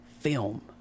film